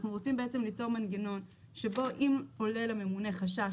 אנחנו רוצים ליצור מנגנון שאם עולה לממונה חשש